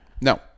No